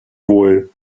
wohl